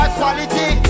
quality